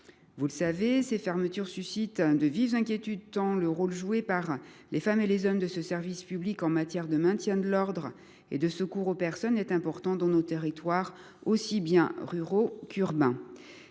Vous le savez, ces fermetures suscitent de vives inquiétudes, tant le rôle joué par les femmes et les hommes de ce service public en matière de maintien de l’ordre et de secours aux personnes est important dans nos territoires ruraux comme urbains.